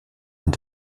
und